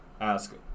ask